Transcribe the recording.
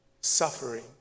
suffering